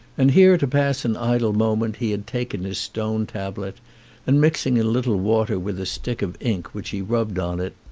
and here to pass an idle moment he had taken his stone tablet and mixing a little water with the stick of ink which he rubbed on it,